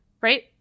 right